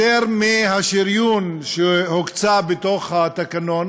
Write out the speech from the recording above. יותר מהשריון שהוקצה בתוך התקנון.